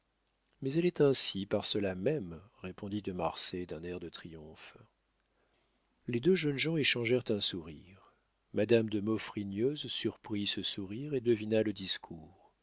mais elle est ainsi par cela même répondit de marsay d'un air de triomphe les deux jeunes gens échangèrent un sourire madame de maufrigneuse surprit ce sourire et devina le discours